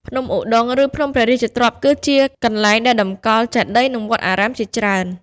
ភ្នំឧដុង្គ ឬ ភ្នំព្រះរាជទ្រព្យ គឺជាកន្លែងដែលតម្កល់ចេតិយនិងវត្តអារាមជាច្រើន។